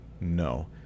no